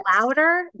louder